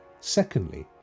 secondly